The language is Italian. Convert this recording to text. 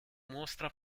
mostra